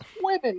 Women